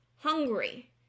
hungry